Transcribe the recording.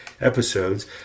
episodes